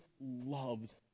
loves